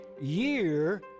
year